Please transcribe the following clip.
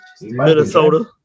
Minnesota